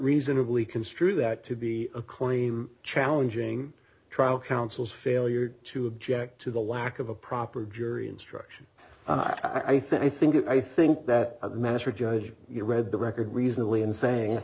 reasonably construe that to be a claim challenging trial counsel's failure to object to the lack of a proper jury instruction i think i think i think that a master judge you read the record reasonably in saying